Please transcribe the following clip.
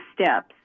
steps